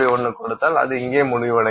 1 கொடுத்தால் அது இங்கே முடிவடையும்